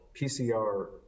pcr